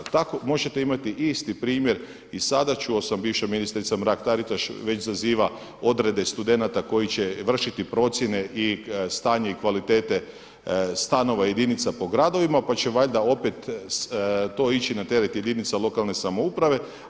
Tako možete imati isti primjer i sada čuo sam bivša ministrica Mrak-Taritaš već zaziva odrede studenata koji će vršiti procjene i stanje kvalitete stanova i jedinica po gradovima, pa će valjda opet to ići na teret jedinica lokalne samouprave.